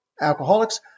alcoholics